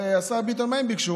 השר ביטון, מה הם ביקשו?